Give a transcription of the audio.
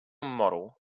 model